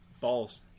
balls